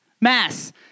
mass